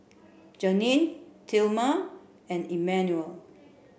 Janae Tilman and Emmanuel